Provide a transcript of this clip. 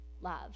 love